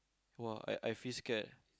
!wah! I I feel scared